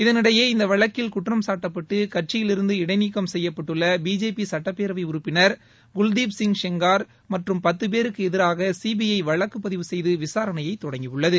இதனிடையே இந்த வழக்கில் குற்றம்சாட்டப்பட்டு கட்சியிலிருந்து இடைநீக்கம் செய்யப்பட்டுள்ள பிஜேபி சட்டப்பேரவை உறுப்பினர் குல்தீப் சிங் ஷெங்கார் மற்றும் பத்து பேருக்கு எதிராக சீபிஐ வழக்கு பதிவு செய்து விசாரணையை தொடங்கியுள்ளது